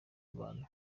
bantu